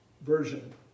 version